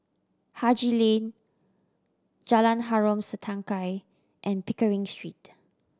Haji Lane Jalan Harom Setangkai and Pickering Street